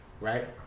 right